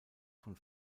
von